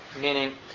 meaning